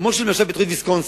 כמו שנעשה בתוכנית ויסקונסין.